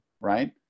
right